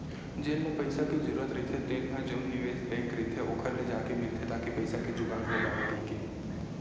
जेन ल पइसा के जरूरत रहिथे तेन ह जउन निवेस बेंक रहिथे ओखर ले जाके मिलथे ताकि पइसा के जुगाड़ हो पावय कहिके